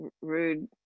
rude